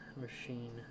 machine